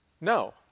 no